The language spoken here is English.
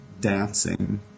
dancing